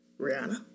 Rihanna